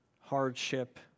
hardship